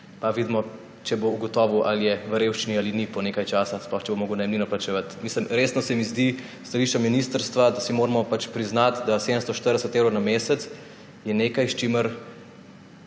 pa vidimo, če bo ugotovil, ali je v revščini ali ni, po nekaj časa, sploh če bo moral najemnino plačevati. Resno se mi zdi s stališča ministrstva, da si moramo priznati, da je 740 evrov na mesec nekaj, čemur